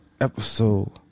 Episode